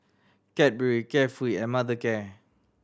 Cadbury Carefree and Mothercare